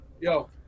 yo